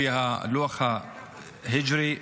לפי הלוח ההיג'רי,